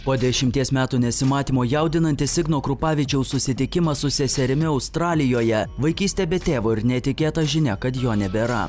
po dešimties metų nesimatymo jaudinantis igno krupavičiaus susitikimą su seserimi australijoje vaikystę be tėvo ir netikėta žinia kad jo nebėra